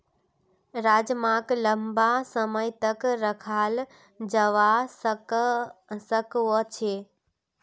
राजमाक लंबा समय तक रखाल जवा सकअ छे